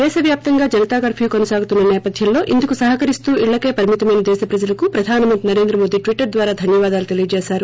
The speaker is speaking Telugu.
దేశవ్యాప్తంగా జనతా కర్న్యూ కొనసాగుతున్న సేపధ్యంలో ఇందుకు సహకరిస్తూ ఇళ్లకే పరిమితమైన దేశ ప్రజలకు ప్రధానమంత్రి నరేంద్ర మోదీ ట్విట్లర్ ద్వారా ధన్యవాదాలు తెలియజేశారు